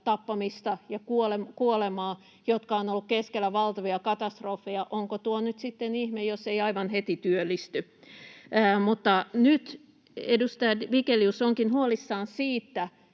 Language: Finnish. tappamista ja kuolemaa ja jotka ovat olleet keskellä valtavia katastrofeja. Onko tuo nyt sitten ihme, jos ei aivan heti työllisty? Mutta nyt edustaja Vigelius onkin huolissaan siitä,